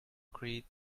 creed